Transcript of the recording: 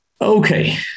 Okay